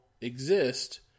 exist